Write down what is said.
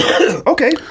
Okay